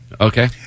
Okay